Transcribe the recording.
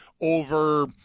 over